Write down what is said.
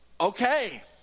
okay